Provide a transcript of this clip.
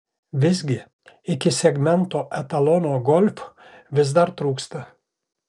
visgi iki segmento etalono golf vis dar trūksta